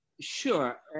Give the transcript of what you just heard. Sure